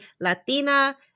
Latina